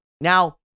Now